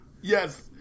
Yes